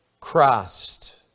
Christ